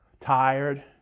tired